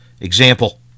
Example